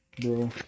Bro